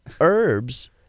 herbs